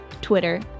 Twitter